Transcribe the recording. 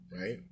Right